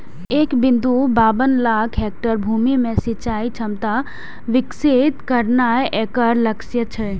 एक बिंदु बाबन लाख हेक्टेयर भूमि मे सिंचाइ क्षमता विकसित करनाय एकर लक्ष्य छै